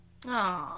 Aww